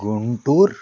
Guntur